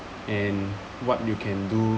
and what you can do